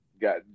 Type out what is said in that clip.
got